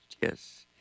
yes